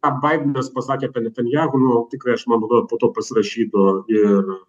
ką baidenas pasakė apie netanjahu nu tikrai aš man atrodo po tuo pasirašytų ir